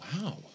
Wow